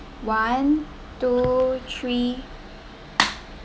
one two three